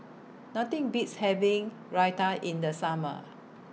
Nothing Beats having Raita in The Summer